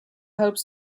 helps